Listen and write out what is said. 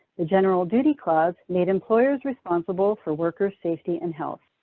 the general duty clause made employers responsible for worker safety and health.